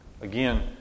Again